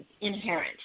inherent